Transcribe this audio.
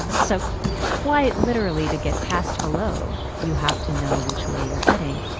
ah so quite literally, to get past hello, you have to know which way you're heading.